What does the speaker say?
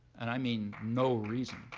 and i mean no reason.